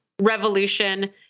revolution